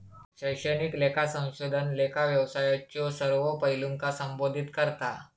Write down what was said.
शैक्षणिक लेखा संशोधन लेखा व्यवसायाच्यो सर्व पैलूंका संबोधित करता